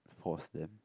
force them